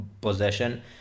possession